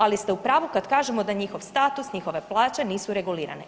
Ali ste u pravu kada kažemo da njihov status, njihove plaće nisu regulirane.